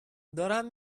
دارم